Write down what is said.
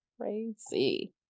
crazy